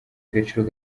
agaciro